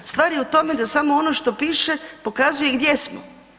Stvar je u tome da samo ono što piše pokazuje gdje smo.